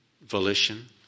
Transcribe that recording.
volition